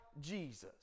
Jesus